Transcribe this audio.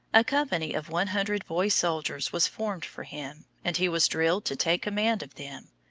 a company of one hundred boy-soldiers was formed for him, and he was drilled to take command of them,